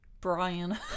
Brian